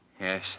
Yes